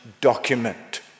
document